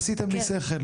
עשיתם לי שכל.